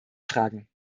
fragen